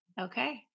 okay